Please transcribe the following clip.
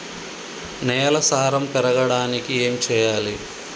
నేల సారం పెరగడానికి ఏం చేయాలి?